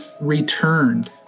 returned